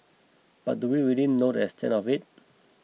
but do we really know the extent of it